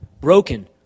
broken